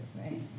Right